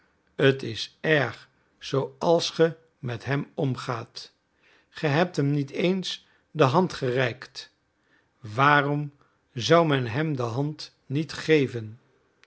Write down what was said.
t is erg zooals ge met hem omgaat ge hebt hem niet eens de hand gereikt waarom zou men hem de hand niet geven